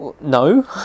No